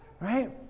right